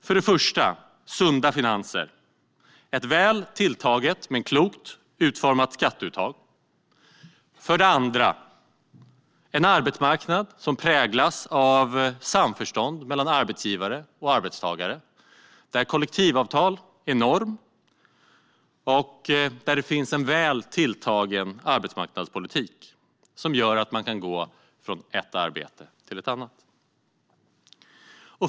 För det första sunda finanser och ett väl tilltaget men klokt utformat skatteuttag. För det andra en arbetsmarknad som präglas av samförstånd mellan arbetsgivare och arbetstagare där kollektivavtal är norm och där det finns en väl tilltagen arbetsmarknadspolitik som gör att man kan gå från ett arbete till ett annat.